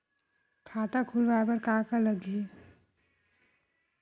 खाता खुलवाय बर का का लगही?